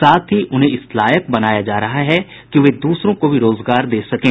साथ ही उन्हें इस लायक बनाया जा रहा है कि वे दूसरों को भी रोजगार दे सकें